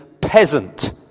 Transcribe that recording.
peasant